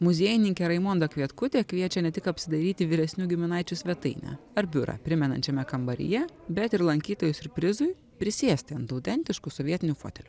muziejininkė raimonda kvietkutė kviečia ne tik apsidairyti vyresnių giminaičių svetainę ar biurą primenančiame kambaryje bet ir lankytojų siurprizui prisėsti ant autentiškų sovietinių fotelių